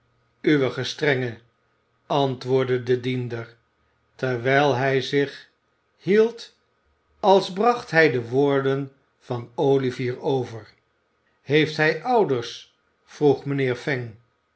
uw gestrenge antwoordde de diender terwijl hij zich hield als bracht hij de woorden van olivier over heeft hij ouders vroeg mijnheer